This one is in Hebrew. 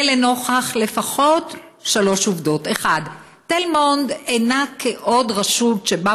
זה לנוכח לפחות שלוש עובדות: 1. תל מונד אינה עוד רשות שבה